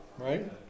right